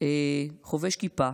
חובש כיפה,